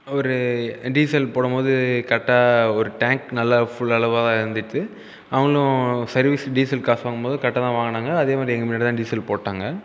ஒரு டீசல் போடும்போது கரெக்ட்டா ஒரு டேங்க் நல்லா ஃபுல் அளவாக இருந்துச்சு அவங்களும் சர்வீஸ் டீசல் காசு வாங்கும்போது கரெக்ட்டா தான் வாங்கினாங்க அதே மாரி எங்கள் முன்னாடி தான் டீசல் போட்டாங்க